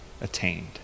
attained